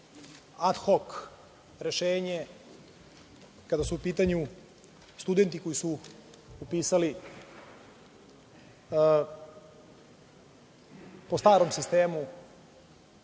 ad hod rešenje kada su u pitanju studenti koji su upisali po starom sistemu